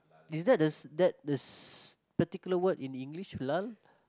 is that the is that this particular word in english lah